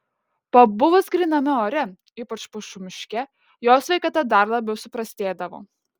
pabuvus gryname ore ypač pušų miške jo sveikata dar labiau suprastėdavo